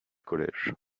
college